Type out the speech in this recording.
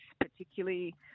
particularly